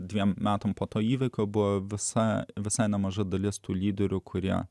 dviem metams po to įvykio buvo visa visai nemaža dalis tų lyderių kurie